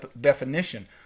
definition